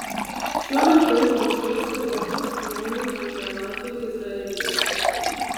šiuo metu ruošiuosi europos jaunių čempionatui izraelyje